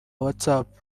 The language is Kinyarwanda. whatsapp